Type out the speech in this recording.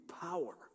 power